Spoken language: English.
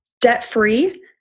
debt-free